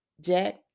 Jack